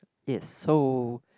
is so